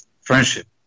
friendship